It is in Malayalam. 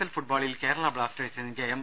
എൽ ഫുട്ബോളിൽ കേരളാ ബ്ലാസ്റ്റേഴ്സിന് ജയം